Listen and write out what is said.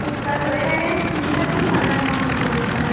উৎসাত হৈয়ে থাকে নি থাকোঁ মাজে সময়ৰ ডক্টৰ ওচৰলৈ